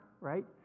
right